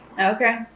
Okay